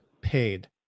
paid